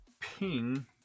Ping